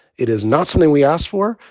it is not something we asked for.